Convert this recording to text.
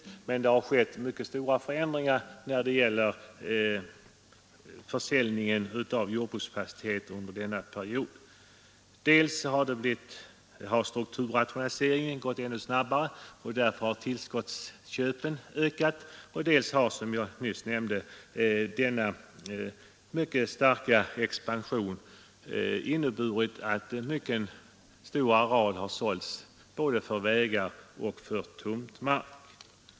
Det har emellertid skett mycket stora förändringar när det gäller försäljningar av jordbruksfastigheter under denna period. Dels har strukturrationaliseringen gått ännu snabbare än tidigare, och därför har tillskottsköpen ökat, och dels har — som jag nyss nämnde — denna mycket starka expansion inneburit att mycket stor areal sålts både till vägar och till tomtmark.